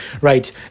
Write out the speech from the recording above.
Right